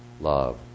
love